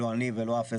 לא אני ולא אף אזרח,